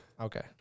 okay